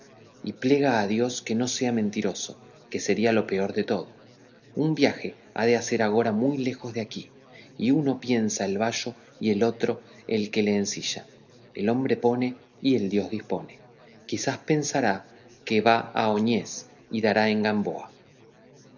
y plega a dios que no sea mentirosito que sería lo peor de todo un viaje ha de hacer agora muy lejos de aquí y uno piensa el bayo y otro el que le ensilla el hombre pone y dios dispone quizá pensará que va a óñez y dará en gamboa